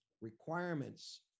requirements